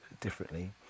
differently